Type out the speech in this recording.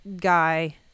guy